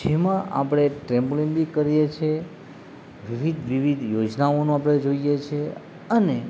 જેમાં આપણે ટ્રેમપોલીન બી કરીએ છીએ વિવિધ વિવિધ યોજનાઓનો આપણે જોઈએ છે અને